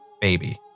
baby